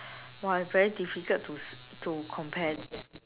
!wah! very difficult to to compare